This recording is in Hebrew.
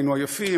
היינו עייפים,